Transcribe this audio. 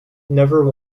never